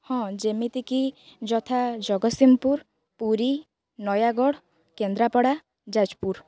ହଁ ଯେମିତିକି ଯଥା ଜଗତସିଂହପୁର ପୁରୀ ନୟାଗଡ଼ କେନ୍ଦ୍ରାପଡ଼ା ଯାଜପୁର